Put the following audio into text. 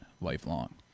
lifelong